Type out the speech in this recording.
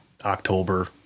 october